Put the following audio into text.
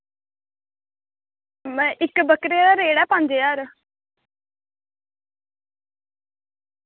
में इक्क बक्करे दा रेट ऐ पंज ज्हार